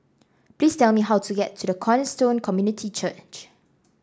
please tell me how to get to the Cornerstone Community Church